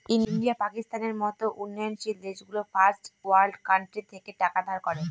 India, পাকিস্তানের মত উন্নয়নশীল দেশগুলো ফার্স্ট ওয়ার্ল্ড কান্ট্রি থেকে টাকা ধার করে